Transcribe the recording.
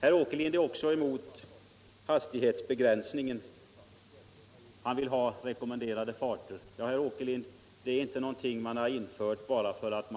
Herr Åkerlind är också emot hastighetsbegränsning och vill i stället ha rekommenderade farter. Men hastighetsbegränsningar på våra vägar är inte någonting som vi har infört bara för att